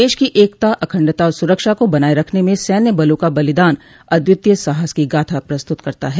देश की एकता अखंडता और सुरक्षा को बनाये रखने में सैन्य बलों का बलिदान अद्वितीय साहस की गाथा प्रस्तुत करता है